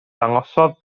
dangosodd